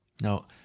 Now